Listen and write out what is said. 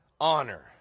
honor